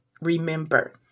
remember